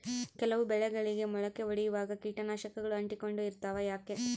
ಕೆಲವು ಬೆಳೆಗಳಿಗೆ ಮೊಳಕೆ ಒಡಿಯುವಾಗ ಕೇಟನಾಶಕಗಳು ಅಂಟಿಕೊಂಡು ಇರ್ತವ ಯಾಕೆ?